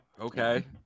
Okay